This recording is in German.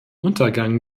untergang